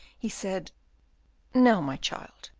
he said now, my child.